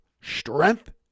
Strength